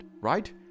right